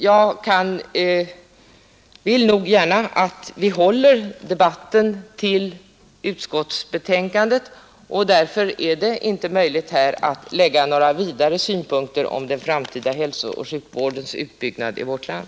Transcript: Jag vill nog också gärna att vi i debatten håller oss till utskottsbetänkandet, och därför är det inte möjligt att här lägga några ytterligare synpunkter på hälsooch sjukvårdens framtida utbyggnad i vårt land.